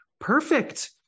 perfect